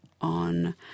on